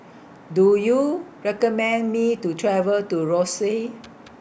Do YOU recommend Me to travel to Roseau